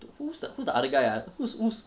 who's the who's the other guy ah who's who's